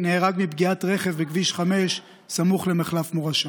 נהרג מפגיעת רכב בכביש 5 סמוך למחלף מורשה.